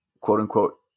quote-unquote